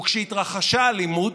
וכשהתרחשה אלימות,